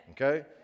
okay